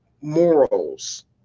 morals